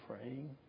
praying